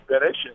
finish